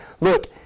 Look